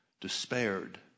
despaired